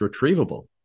retrievable